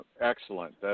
Excellent